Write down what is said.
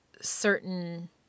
certain